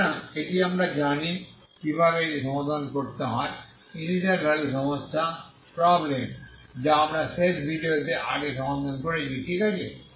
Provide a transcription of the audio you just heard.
সুতরাং এটি আমরা জানি কিভাবে এটি সমাধান করতে হয় ইনিশিয়াল ভ্যালু সমস্যা যা আমরা শেষ ভিডিওতে আগে সমাধান করেছি ঠিক আছে